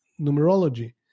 numerology